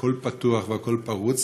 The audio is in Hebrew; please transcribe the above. שהכול פתוח והכול פרוץ.